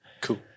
Cool